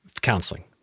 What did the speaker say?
counseling